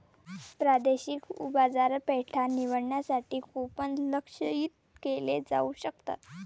प्रादेशिक बाजारपेठा निवडण्यासाठी कूपन लक्ष्यित केले जाऊ शकतात